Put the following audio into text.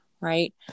Right